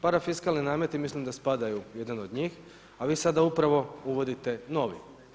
Parafiskalni nameti mislim da spadaju u jedan od njih, a vi sada upravo uvodite novi.